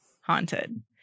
haunted